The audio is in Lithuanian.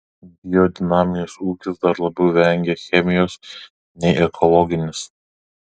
biodinaminis ūkis dar labiau vengia chemijos nei ekologinis